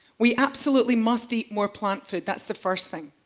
we absolutely must eat more plant food. that's the first thing.